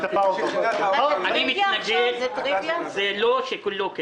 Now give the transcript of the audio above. "אני מתנגד" זה לא שכולו כן.